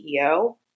CEO